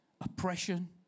oppression